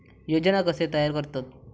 योजना कशे तयार करतात?